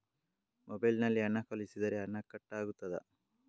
Mobile ನಲ್ಲಿ ಹಣ ಕಳುಹಿಸಿದರೆ ಹಣ ಕಟ್ ಆಗುತ್ತದಾ?